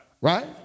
Right